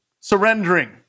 surrendering